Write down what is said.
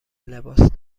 لباس